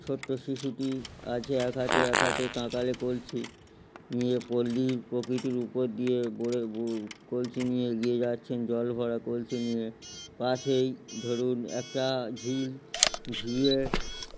ছোট্টো শিশুটি আছে এক হাতে এক হাতে কাঁকালে কলসী নিয়ে পল্লীর প্রকৃতির উপর দিয়ে বোরে বো কলসী নিয়ে এগিয়ে যাচ্ছেন জলভরা কলসী নিয়ে পাশেই ধরুন একটা ঝিল ঝিলে